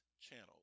channel